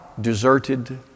deserted